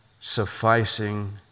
sufficing